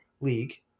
league